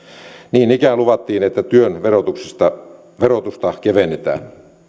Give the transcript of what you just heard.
niin ikään luvattiin että työn verotusta verotusta kevennetään